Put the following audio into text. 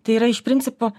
tai yra iš principo